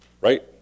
Right